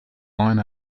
line